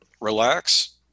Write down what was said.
relax